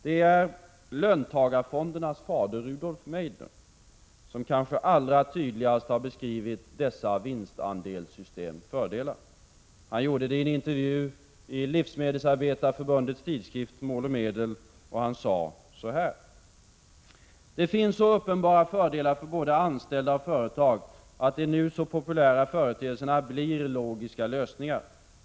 Det är löntagarfondernas fader, Rudolf Meidner, som kanske tydligast beskrivit dessa vinstandelssystems fördelar. I en intervju i Livsmedelsarbetareförbundets tidskrift Mål och Medel sade han så här: ”Det finns så uppenbara fördelar för både anställda och företag att de nu så populära företeelserna blir logiska lösningar.